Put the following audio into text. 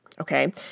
Okay